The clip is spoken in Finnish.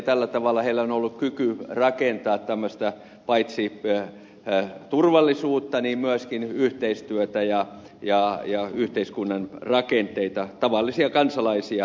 tällä tavalla heillä on ollut kyky rakentaa paitsi turvallisuutta myöskin yhteistyötä ja yhteiskunnan rakenteita ja auttaa tavallisia kansalaisia